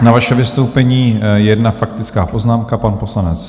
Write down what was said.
Na vaše vystoupení jedna faktická poznámka, pan poslanec Hofmann.